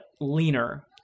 leaner